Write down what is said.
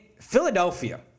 Philadelphia